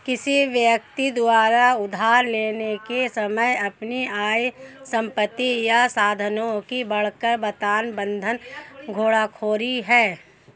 किसी व्यक्ति द्वारा उधार लेने के समय अपनी आय, संपत्ति या साधनों की बढ़ाकर बताना बंधक धोखाधड़ी है